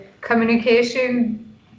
communication